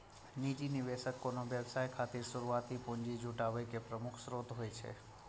निजी निवेशक कोनो व्यवसाय खातिर शुरुआती पूंजी जुटाबै के प्रमुख स्रोत होइ छै